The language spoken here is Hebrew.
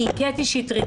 אני קטי שטרית,